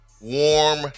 warm